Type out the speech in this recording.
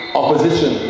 opposition